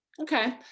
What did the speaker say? Okay